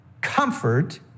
comfort